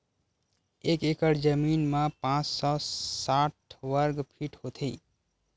एक एकड़ जमीन मा पांच सौ साठ वर्ग फीट होथे